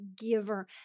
giver